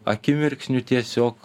akimirksniu tiesiog